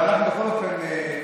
אבל בכל אופן,